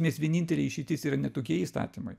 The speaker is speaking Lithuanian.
nes vienintelė išeitis yra ne tokie įstatymai